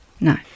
No